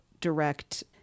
direct